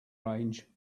range